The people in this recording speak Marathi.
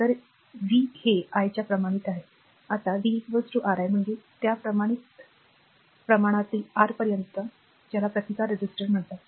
तर v हे i च्या प्रमाणित आहे आता v Ri म्हणजे त्या प्रमाणित प्रमाणातील आर पर्यंत जा ज्याला प्रतिकार म्हणतात